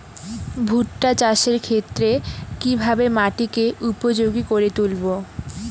ভুট্টা চাষের ক্ষেত্রে কিভাবে মাটিকে উপযোগী করে তুলবো?